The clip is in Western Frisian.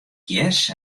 gjers